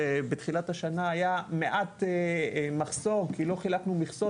שבתחילת השנה היה מעט מחסור כי לא חילקנו מכסות.